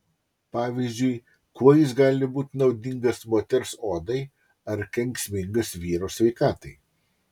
pavyzdžiui kuo jis gali būti naudingas moters odai ar kenksmingas vyro sveikatai